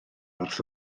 wrth